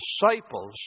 disciples